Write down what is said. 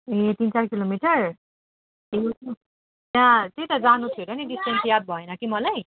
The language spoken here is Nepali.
ए तिन चार किलोमिटर ए त्यहाँ त्यहाँ त्यही त जानु थियो र नि डिस्टेन्स याद भएन कि मलाई